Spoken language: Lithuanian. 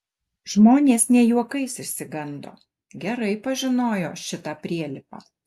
žmonės ne juokais išsigando gerai pažinojo šitą prielipą